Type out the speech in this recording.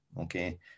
Okay